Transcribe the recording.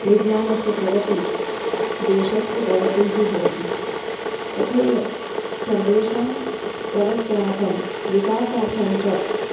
विज्ञानस्य प्रगतिः देशस्य प्रगतिः भवति तथैव सर्वेषां प्रगत्यर्थं विकासार्थं च